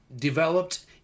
developed